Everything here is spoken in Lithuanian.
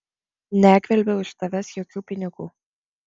negvelbiau iš tavęs jokių pinigų